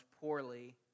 poorly